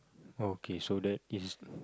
okay so that is a